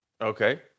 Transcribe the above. Okay